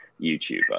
YouTuber